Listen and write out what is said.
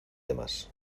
demás